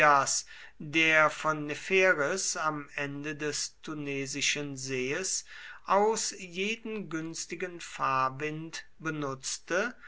der von nepheris am ende des tunesischen sees aus jeden günstigen fahrwind benutzte